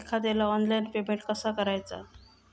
एखाद्याला online payment कसा करायचा?